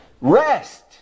rest